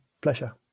pleasure